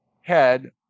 head